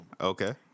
Okay